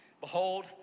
Behold